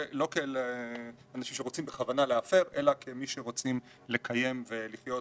לא כאל אנשים שרוצים בכוונה להפר אלא כאל מי שרוצים לקיים ולחיות